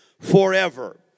forever